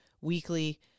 weekly